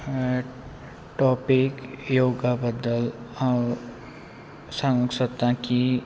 topic yoga बद्दल हांव सांगूक सोदतां की